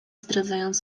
zdradzając